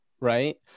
right